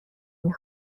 نمی